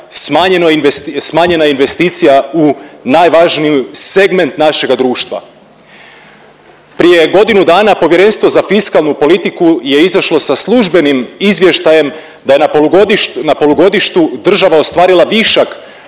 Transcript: smanjena investicija u najvažniji segment našega društva. Prije godinu dana Povjerenstvo za fiskalnu politiku je izašlo sa službenim izvještajem da je na polugodištu država ostvarila višak